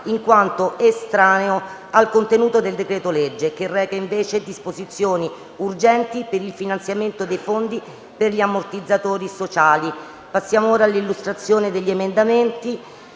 in quanto estraneo al contenuto del decreto-legge, che reca invece disposizioni urgenti per il finanziamento dei fondi per gli ammortizzatori sociali. Passiamo all'esame dell'emendamento